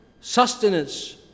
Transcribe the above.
sustenance